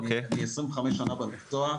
אני 25 שנה במקצוע.